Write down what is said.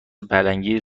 پلنگی